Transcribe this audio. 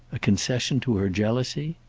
a concession to her jealousy?